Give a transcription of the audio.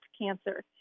cancer